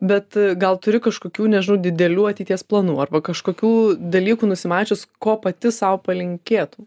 bet gal turi kažkokių nežinau didelių ateities planų arba kažkokių dalykų nusimačius ko pati sau palinkėtum